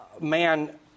man